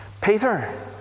Peter